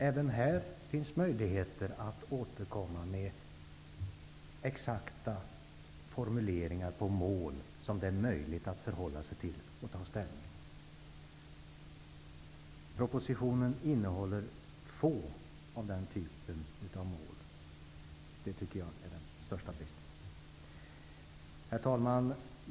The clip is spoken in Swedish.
Även här finns möjligheter att återkomma med exakta formuleringar om mål som är möjliga att förhålla sig till och att ta ställning till. Propositionen innehåller få av den typen av mål, vilket jag tycker jag är den största bristen. Herr talman!